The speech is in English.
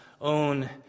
own